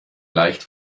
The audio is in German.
leicht